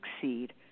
succeed